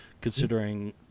considering